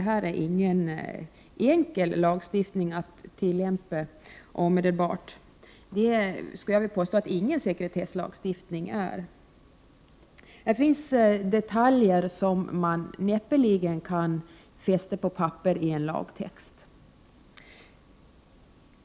Det är ingen enkel lagstiftning att tillämpa omedelbart. Jag kan väl påstå att ingen sekretesslagstiftning är enkel. Det finns detaljer som man näppeligen kan fästa på papperet i en lagtext.